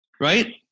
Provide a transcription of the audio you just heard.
Right